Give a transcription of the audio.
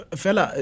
fella